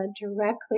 directly